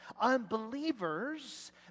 Unbelievers